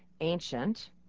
ancient